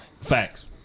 Facts